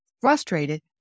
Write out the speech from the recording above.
frustrated